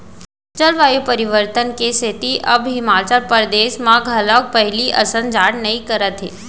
जलवायु परिवर्तन के सेती अब हिमाचल परदेस म घलोक पहिली असन जाड़ नइ करत हे